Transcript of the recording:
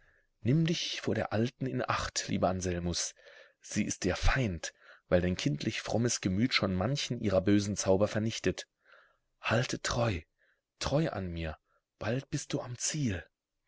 nimm dich vor der alten in acht lieber anselmus sie ist dir feind weil dein kindlich frommes gemüt schon manchen ihrer bösen zauber vernichtet halte treu treu an mir bald bist du am ziel